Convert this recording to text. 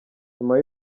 nyuma